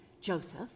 Joseph